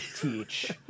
teach